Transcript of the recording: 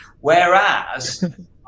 Whereas